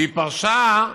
והיא פרשה,